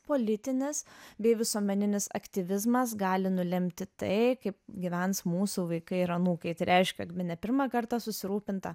politinis bei visuomeninis aktyvizmas gali nulemti tai kaip gyvens mūsų vaikai ir anūkai tai reiškia jog bene pirmą kartą susirūpinta